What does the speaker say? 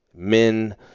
men